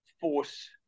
force